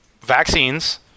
vaccines